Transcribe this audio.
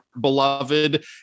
beloved